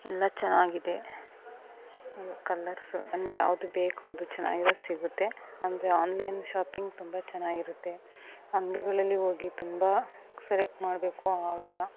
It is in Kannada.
ಎಲ್ಲ ಚೆನ್ನಾಗಿದೆ ಕಲ್ಲರ್ಸು ನಮಗೆ ಯಾವ್ದು ಬೇಕು ಅದು ಚೆನ್ನಾಗಿರೋದ್ ಸಿಗುತ್ತೆ ಅಂದರೆ ಆನ್ಲೈನ್ ಶಾಪಿಂಗ್ ತುಂಬ ಚೆನ್ನಾಗಿರುತ್ತೆ ಅಂಗಡಿಗಳಲ್ಲಿ ಹೋಗಿ ತುಂಬ ಸೆಲೆಕ್ಟ್ ಮಾಡಬೇಕು ಆಗೋಲ್ಲ